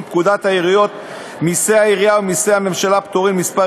פקודת מסי העירייה ומסי הממשלה (פטורין) (מס'